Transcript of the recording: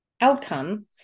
Outcome